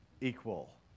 Equal